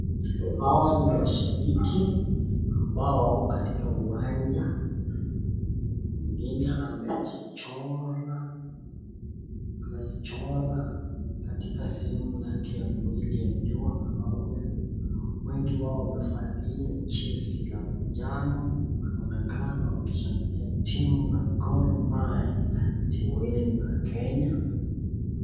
Hawa ni mashabiki, ambao wako katika uwanja, mwingine amejichora katika sehemu yake ya mwili ya juu amefaulu, wengi wao wamevalia jezi la manjano, wanakaa wakishagilia timu ya Gormahia ,timu hili ni la Kenya.